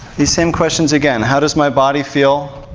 these same questions again how does my body feel?